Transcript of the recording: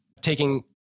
taking